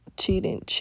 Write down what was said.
cheating